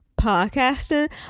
podcasting